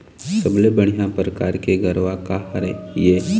सबले बढ़िया परकार के गरवा का हर ये?